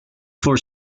for